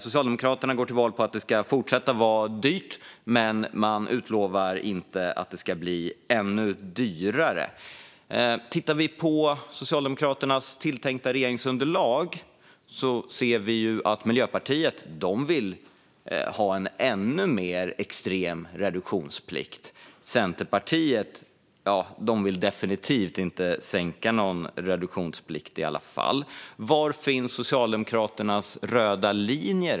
Socialdemokraterna går till val på att det ska fortsätta att vara dyrt, men man utlovar inte att det ska bli ännu dyrare. Om vi tittar på Socialdemokraternas tilltänkta regeringsunderlag ser vi att Miljöpartiet vill ha en ännu mer extrem reduktionsplikt. Centerpartiet vill definitivt inte sänka någon reduktionsplikt. Var finns Socialdemokraternas röda linje?